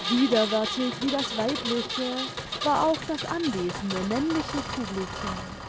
widerwärtig wie das weibliche war auch das anwesende männliche publikum